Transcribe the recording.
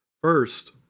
first